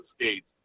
skates